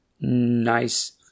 nice